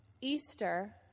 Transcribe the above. Easter